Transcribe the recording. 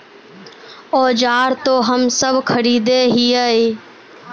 औजार तो हम सब खरीदे हीये?